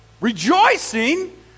Rejoicing